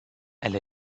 elle